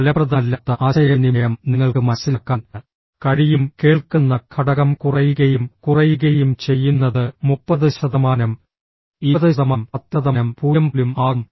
ഫലപ്രദമല്ലാത്ത ആശയവിനിമയം നിങ്ങൾക്ക് മനസ്സിലാക്കാൻ കഴിയും കേൾക്കുന്ന ഘടകം കുറയുകയും കുറയുകയും ചെയ്യുന്നത് 30 ശതമാനം 20 ശതമാനം 10 ശതമാനം 0 പോലും ആകാം